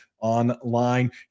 online